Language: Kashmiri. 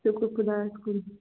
شُکُر خۄدایَس کُن